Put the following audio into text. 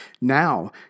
Now